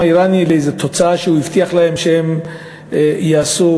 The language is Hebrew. האיראני לאיזה תוצאה שהוא הבטיח להם שהם יעשו,